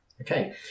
Okay